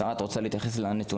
שרה, את רוצה להתייחס לנתונים?